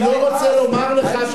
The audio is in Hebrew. אני לא רוצה לומר לך,